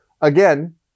again